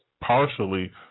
partially